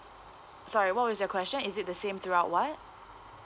sorry what was your question is it the same throughout what